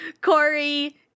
Corey